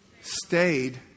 Stayed